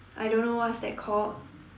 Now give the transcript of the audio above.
I don't know what's that called